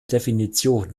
definition